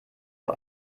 vor